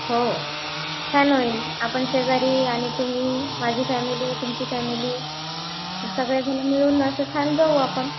हो हो छान होईल आपण शेजारी आणि तुम्ही माझी फॅमिली तुमची फॅमिली सगळेजण मिळून असं छान जाऊ आपण